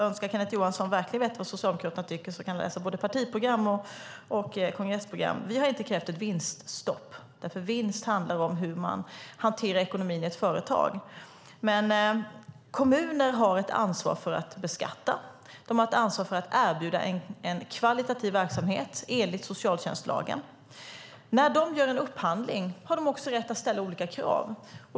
Önskar Kenneth Johansson verkligen veta vad Socialdemokraterna tycker kan han läsa både partiprogram och kongressprogram. Vi har inte krävt ett vinststopp, för vinst handlar om hur man hanterar ekonomin i ett företag. Men kommuner har ett ansvar för att beskatta. De har ett ansvar för att erbjuda en kvalitativ verksamhet enligt socialtjänstlagen. När de gör en upphandling har de också rätt att ställa olika krav.